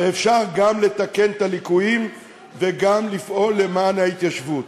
ואפשר גם לתקן את הליקויים וגם לפעול למען ההתיישבות.